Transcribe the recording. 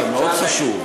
זה מאוד חשוב.